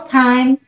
time